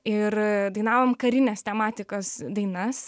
ir dainavom karinės tematikos dainas